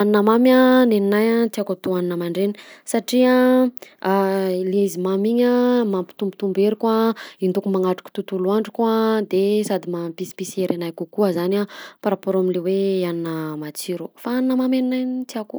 Hanina mamy ah ninahy tiàko atao hanina mandraina satria a le izy mamy iny a mampitobotombo hery koa endaoko manatrika tontolo androko a sady mampisimpisy hery anah kokoa zany a par raport amle anina matsiro fa hanina mamy anahy i tiàko.